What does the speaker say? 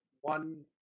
one